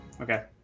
Okay